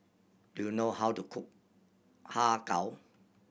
do you know how to cook Har Kow